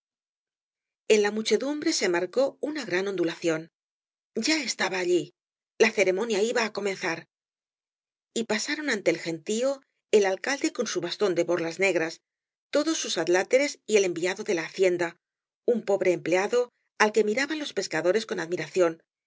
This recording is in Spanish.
ea la muchedumbre se marcó una gran ondulación ya estaba allí la ceremonia iba á co menzar y pasaron anee el gentío el alcalde con su bastón de borlas negras todos sus adláteres y el enviado de la hacienda un pobre empleado al que miraban los pescadores con admiración